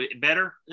Better